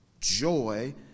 Joy